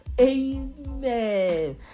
Amen